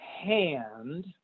hand